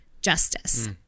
justice